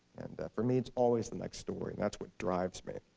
for me, it's always the next story. that's what drives me.